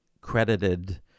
credited